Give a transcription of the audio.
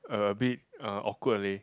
a bit uh awkward leh